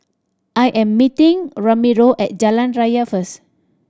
I am meeting Ramiro at Jalan Raya first